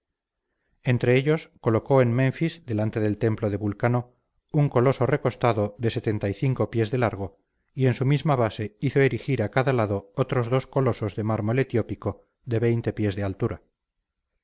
entre ellos colocó en menfis delante del templo de vulcano un coloso recostado de pies de largo y en su misma base hizo erigir a cada lado otros dos colosos de mármol etiópico de pies de altura